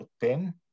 10